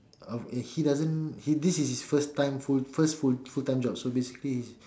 uh he doesn't this is his first time full first full full time job so basically he's